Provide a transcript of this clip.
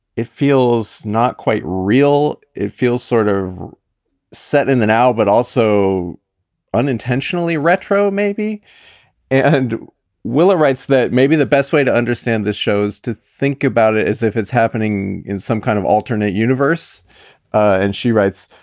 it feels not quite real. it feels sort of set in the now, but also unintentionally retro maybe and willa writes that maybe the best way to understand understand this shows to think about it is if it's happening in some kind of alternate universe and she writes,